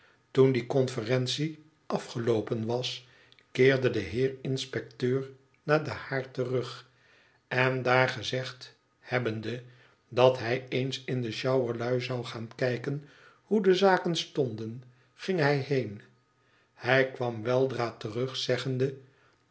toen die conferentie afgeloopen was keerde de heer inspecteur naar den haard terug en daar gezegd hebbende dat hij eens in de tsjouwerlui zou gaan kijken hoe de zaken stonden ging hij heen hij kwam weldra terug zeggende